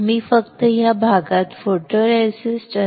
मी फक्त या भागात photoresist असेल